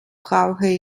brauche